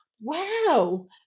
wow